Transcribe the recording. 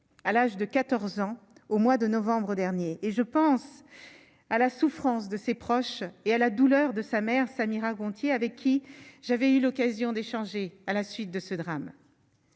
à l'âge de 14 ans au mois de novembre dernier et je pense à la souffrance de ses proches et à la douleur de sa mère, Samira Gonthier, avec qui j'avais eu l'occasion d'échanger à la suite de ce drame.